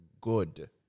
good